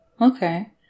Okay